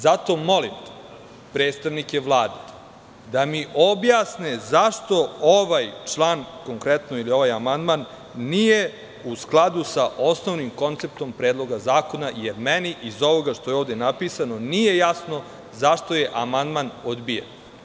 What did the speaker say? Zato molim predstavnike vlade da mi objasne zašto ovaj član konkretno, ili ovaj amandman, nije u skladu sa osnovnim konceptom predloga zakona, jer meni iz ovoga što je ovde napisano, nije jasno zašto je amandman odbijen.